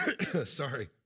Sorry